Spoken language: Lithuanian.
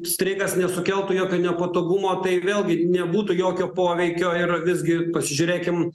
streikas nesukeltų jokio nepatogumo tai vėlgi nebūtų jokio poveikio ir visgi pasižiūrėkim